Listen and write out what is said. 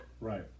Right